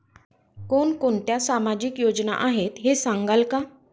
कोणकोणत्या सामाजिक योजना आहेत हे सांगाल का?